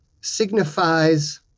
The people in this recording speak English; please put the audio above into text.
signifies